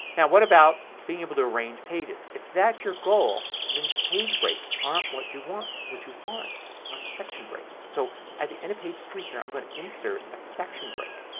and what about being able to arrange pages. if that's your goal then page breaks aren't what you want. what you want are section breaks. so at the end of page three here i'm going to insert a section break.